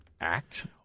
Act